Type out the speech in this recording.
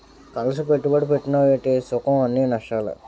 కలిసి పెట్టుబడి పెట్టినవ్ ఏటి సుఖంఅన్నీ నష్టాలే